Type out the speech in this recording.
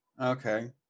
Okay